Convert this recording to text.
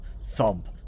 thump